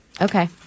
okay